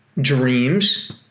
dreams